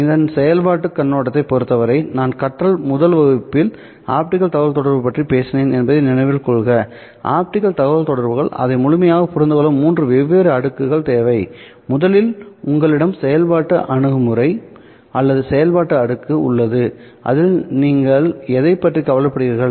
அதன் செயல்பாட்டுக் கண்ணோட்டத்தைப் பொறுத்தவரை நான் கற்றல் முதல் வகுப்பில் ஆப்டிகல் தகவல்தொடர்புகள் பற்றி பேசினேன் என்பதை நினைவில் கொள்க ஆப்டிகல் தகவல்தொடர்புகள் அதை முழுமையாக புரிந்துகொள்ள மூன்று வெவ்வேறு அடுக்குகள் தேவை முதலில் உங்களிடம் செயல்பாட்டு அணுகுமுறை அல்லது செயல்பாட்டு அடுக்கு உள்ளது அதில் நீங்கள் எதைப் பற்றி கவலைப்படுகிறீர்கள்